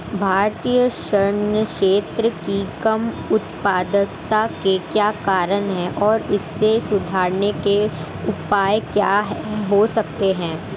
भारतीय कृषि क्षेत्र की कम उत्पादकता के क्या कारण हैं और इसे सुधारने के उपाय क्या हो सकते हैं?